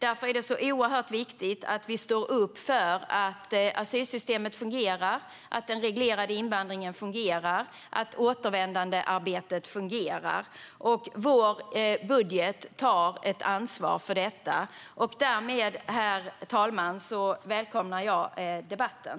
Därför är det så oerhört viktigt att vi står upp för att asylsystemet, den reglerade invandringen och återvändandearbetet ska fungera. Vår budget tar ansvar för detta. Därmed, herr talman, välkomnar jag debatten.